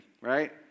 right